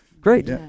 Great